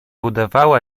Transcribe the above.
udawała